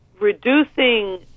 reducing